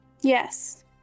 yes